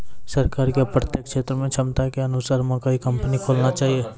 सरकार के प्रत्येक क्षेत्र मे क्षमता के अनुसार मकई कंपनी खोलना चाहिए?